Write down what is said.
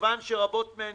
מכיוון שרבות מהן